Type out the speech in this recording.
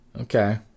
Okay